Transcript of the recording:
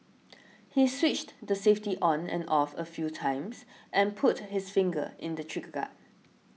he switched the safety on and off a few times and put his finger in the trigger guard